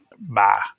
bye